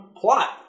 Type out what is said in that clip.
plot